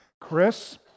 Chris